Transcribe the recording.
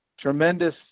tremendous